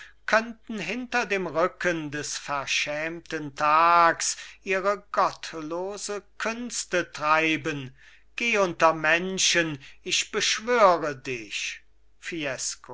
könnten hinter dem rücken des verschämten tags ihre gottlose künste treiben geh unter menschen ich beschwöre dich